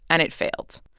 and it failed.